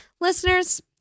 Listeners